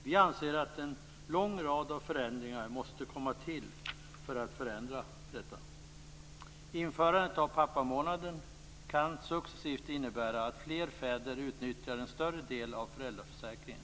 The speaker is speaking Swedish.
Vi anser att en lång rad av förändringar måste komma till för att förbättra dessa förhållanden. Införandet av pappamånaden kan successivt innebära att fler fäder unyttjar en större del av föräldraförsäkringen.